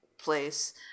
place